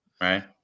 right